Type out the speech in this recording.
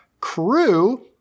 crew